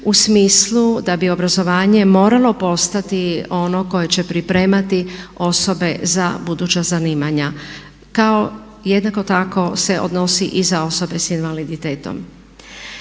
u smislu da bi obrazovanje moralo postati ono koje će pripremati osobe za buduća zanimanja. Jednako tako se odnosi i za osobe sa invaliditetom.